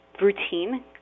routine